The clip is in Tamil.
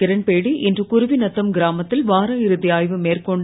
கிரண்பேடி இன்று குருவிநத்தம் கிராமத்தில் வார இறுதி ஆய்வு மேற்கொண்டு